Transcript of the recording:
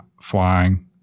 flying